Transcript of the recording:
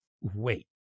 wait